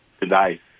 today